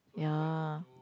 ya